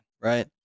right